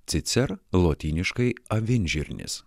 cicer lotyniškai avinžirnis